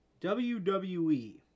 WWE